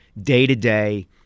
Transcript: day-to-day